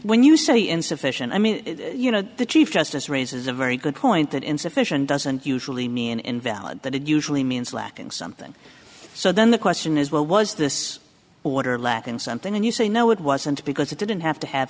when you say insufficient i mean you know the chief justice raises a very good point that insufficient doesn't usually mean invalid that it usually means lacking something so then the question is where was this order lacking something and you say no it wasn't because it didn't have to have